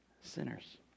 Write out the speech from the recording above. sinners